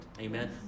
Amen